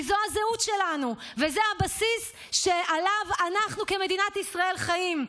כי זו הזהות שלנו וזה הבסיס שעליו אנחנו כמדינת ישראל חיים.